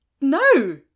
no